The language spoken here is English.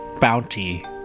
Bounty